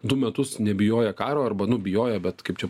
du metus nebijoję karo arba nu bijoję bet kaip čia